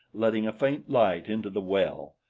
letting a faint light into the well.